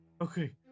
Okay